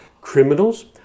criminals